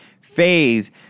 phase